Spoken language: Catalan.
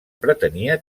pretenia